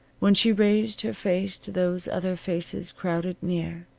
when she raised her face to those other faces crowded near,